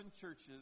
churches